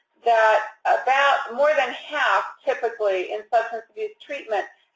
that about more than half, typically, in substance abuse treatment,